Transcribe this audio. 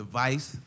Device